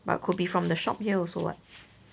but could be from the shop here also [what]